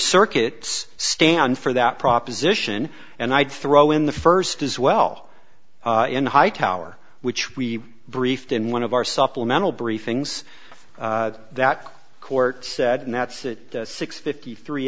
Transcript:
circuits stand for that proposition and i'd throw in the first as well in the high tower which we briefed in one of our supplemental briefings that court said and that's it six fifty three